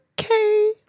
Okay